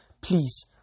Please